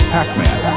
Pac-Man